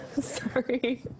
sorry